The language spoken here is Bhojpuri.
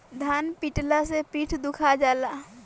धान पिटाला से पीठ दुखा जाला